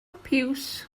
piws